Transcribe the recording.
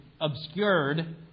obscured